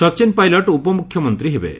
ସଚିନ ପାଇଲଟ୍ ଉପମୁଖ୍ୟମନ୍ତ୍ରୀ ହେବେ